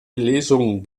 lesungen